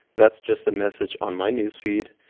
that's just a message on my newsfeed.